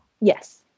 Yes